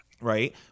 Right